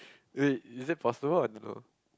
eh is that possible or no